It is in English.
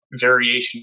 variation